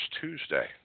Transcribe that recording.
Tuesday